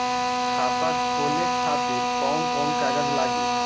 खाता खोले खातिर कौन कौन कागज लागी?